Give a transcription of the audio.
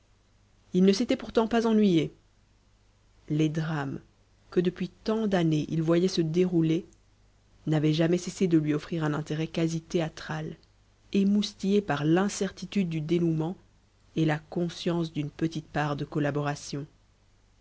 il ne s'était pourtant pas ennuyé les drames que depuis tant d'années il voyait se dérouler n'avaient jamais cessé de lui offrir un intérêt quasi théâtral émoustillé par l'incertitude du dénoûment et la conscience d'une petite part de collaboration